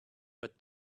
but